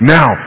Now